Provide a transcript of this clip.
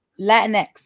Latinx